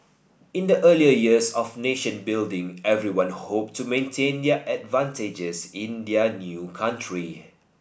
in the early years of nation building everyone hoped to maintain their advantages in their new country